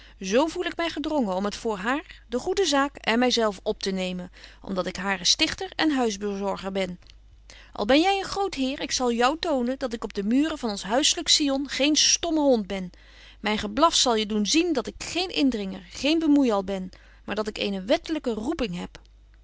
zo voel ik my gedrongen om het voor haar de goede zaak en my zelf optenemen om dat ik haren stichter en huisbezorger ben al ben jy een groot heer ik zal jou tonen dat ik op de muren van ons huisselyk sion geen stommen hond ben myn geblaf zal je doen zien dat ik geen indringer geen bemoeiäl ben maar dat ik eene wettelyke roeping heb